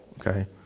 Okay